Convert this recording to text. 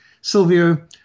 Silvio